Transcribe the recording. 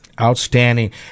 Outstanding